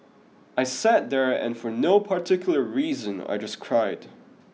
I sat there and for no particular reason I just cried